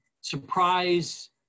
surprise